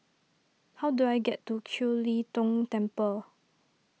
how do I get to Kiew Lee Tong Temple